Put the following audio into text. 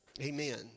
Amen